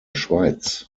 schweiz